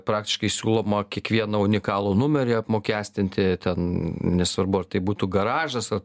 praktiškai siūloma kiekvieną unikalų numerį apmokestinti ten nesvarbu ar tai būtų garažas ar